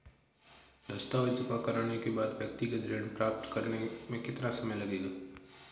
दस्तावेज़ जमा करने के बाद व्यक्तिगत ऋण प्राप्त करने में कितना समय लगेगा?